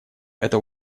это